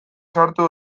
sartu